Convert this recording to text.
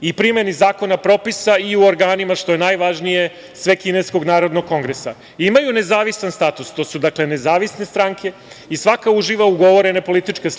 i primeni zakona propisa i u organima, što je najvažnije, Svekineskog narodnog kongresa. Imaju nezavistan status, to su dakle nezavisne stranke i svaka uživa ugovorene političke slobode,